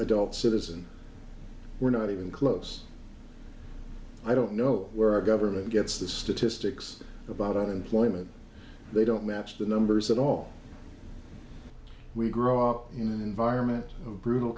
adult citizen we're not even close i don't know where our government gets the statistics about unemployment they don't match the numbers at all we grow up in an environment of brutal